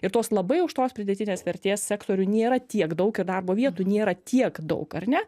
ir tos labai aukštos pridėtinės vertės sektorių nėra tiek daug ir darbo vietų nėra tiek daug ar ne